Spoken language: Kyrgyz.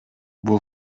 бул